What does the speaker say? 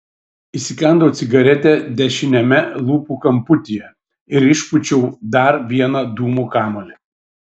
įsikandau cigaretę dešiniame lūpų kamputyje ir išpūčiau dar vieną dūmų kamuolį